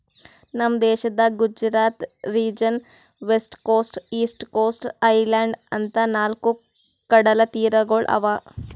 ನಮ್ ದೇಶದಾಗ್ Gujarat region, west coast, east coast, island ಅಂತಾ ನಾಲ್ಕ್ ಕಡಲತೀರಗೊಳ್ ಅವಾ